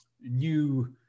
new